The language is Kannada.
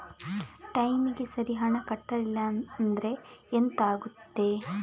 ಟೈಮಿಗೆ ಸರಿ ಹಣ ಕಟ್ಟಲಿಲ್ಲ ಅಂದ್ರೆ ಎಂಥ ಆಗುತ್ತೆ?